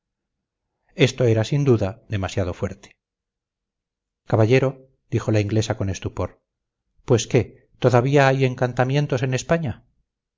esto era sin duda demasiado fuerte caballero dijo la inglesa con estupor pues qué todavía hay encantamientos en españa